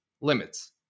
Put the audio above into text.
limits